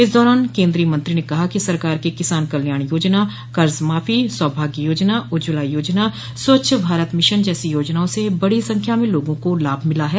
इस दौरान केन्द्रीय मंत्री ने कहा कि सरकार की किसान कल्याण योजना कर्ज माफी सौभाग्य योजना उज्ज्वला योजना स्वच्छ भारत मिशन जैसी योजनाओं से बड़ी संख्या में लोगों को लाभ मिला है